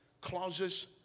clauses